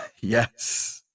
yes